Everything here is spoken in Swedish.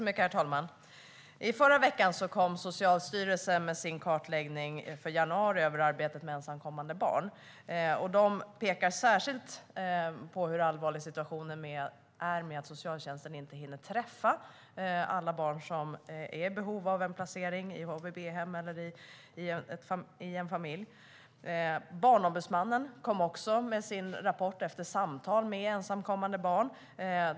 Herr talman! I förra veckan kom Socialstyrelsens kartläggning för januari över arbetet med ensamkommande barn. Man pekar särskilt på hur allvarlig situationen är när det gäller att socialtjänsten inte hinner träffa alla barn som är i behov av placering, i HVB-hem eller i en familj. Barnombudsmannen kom också med sin rapport som är baserad på samtal med ensamkommande barn.